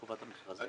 זה חוק חובת המכרזים?